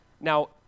Now